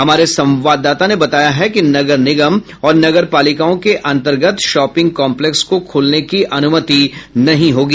हमारे संवाददाता ने बताया है कि नगर निगम और नगर पालिकाओं के अंतर्गत शॉपिंग कॉम्प्लेकस को खोलने की अनुमति नहीं होगी